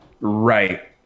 Right